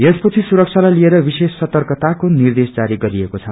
यसपछि सुरक्षालाई लिएर विशेष सर्तकताको निर्देश जारी गरिएको छ